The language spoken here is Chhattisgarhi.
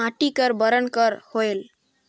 माटी का बरन कर होयल?